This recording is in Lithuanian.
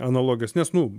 analogijas nes nu